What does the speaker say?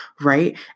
right